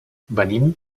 venim